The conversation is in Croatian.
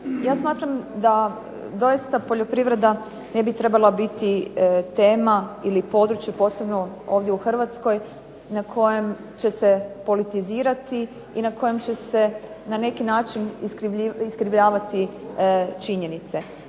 ja smatram da doista poljoprivreda ne bi trebala biti tema ili područje posebno ovdje u Hrvatskoj na kojem će se politizirati i na kojem će se na neki način iskrivljavati činjenice.